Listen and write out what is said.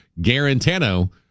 Garantano